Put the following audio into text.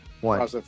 one